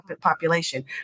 population